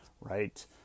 right